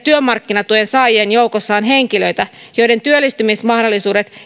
työmarkkinatuen saajien joukossa on henkilöitä joiden työllistymismahdollisuudet